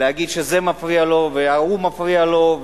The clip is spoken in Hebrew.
להגיד שזה מפריע לו וההוא מפריע לו,